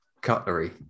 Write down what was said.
cutlery